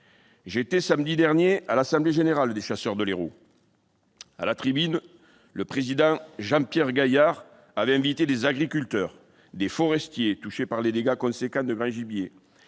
J'assistais, samedi dernier, à l'assemblée générale des chasseurs de l'Hérault. À la tribune, le président Jean-Pierre Gaillard avait invité des agriculteurs, des forestiers touchés par des dégâts importants dus au grand gibier,